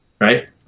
right